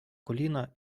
коліна